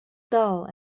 dull